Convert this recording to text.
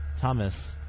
Thomas